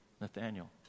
Nathaniel